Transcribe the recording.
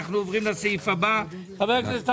אנחנו עוברים לסעיף הבא חבר הכנסת אמסלם,